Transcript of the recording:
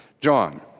John